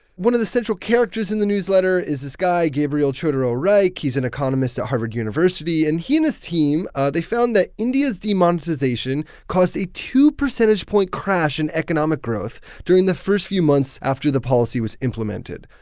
one of the central characters in the newsletter is this guy gabriel chodorow-reich. he's an economist at harvard university. and he and his team they found that india's demonetization caused a two percentage point crash in economic growth during the first few months after the policy was implemented.